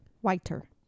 Whiter